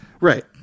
Right